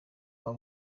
aba